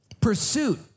pursuit